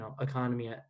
economy